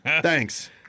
Thanks